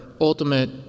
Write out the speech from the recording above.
ultimate